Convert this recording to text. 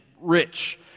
rich